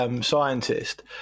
scientist